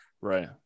Right